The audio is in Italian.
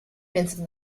pensata